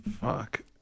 Fuck